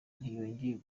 ntiyongeye